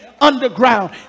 underground